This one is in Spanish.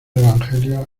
evangelio